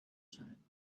time